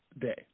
Day